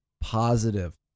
positive